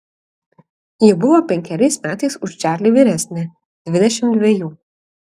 ji buvo penkeriais metais už čarlį vyresnė dvidešimt dvejų